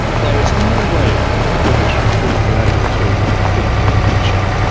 there is no way the british would have been able to defeat the qing.